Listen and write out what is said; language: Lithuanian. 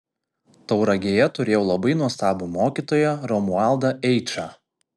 tauragėje turėjau labai nuostabų mokytoją romualdą eičą